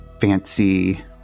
fancy